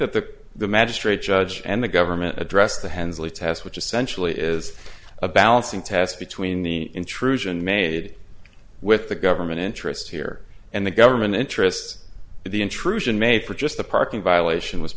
that the the magistrate judge and the government addressed the hensley test which essentially is a balancing test between the intrusion made with the government interest here and the government interest the intrusion may for just the parking violation was